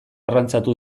arrantzatu